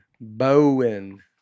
Bowen